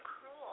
cruel